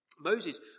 Moses